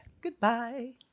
Goodbye